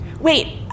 Wait